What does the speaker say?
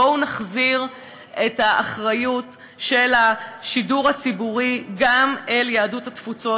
בואו נחזיר את האחריות של השידור הציבורי גם אל יהדות התפוצות